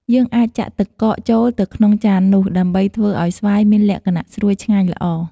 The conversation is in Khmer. យើងអាចចាក់ទឹកកកចូលទៅក្នុងចាននោះ ដើម្បីធ្វើឲ្យស្វាយមានលក្ខណៈស្រួយឆ្ងាញ់ល្អ។